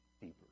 deeper